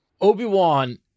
Obi-Wan